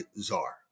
czar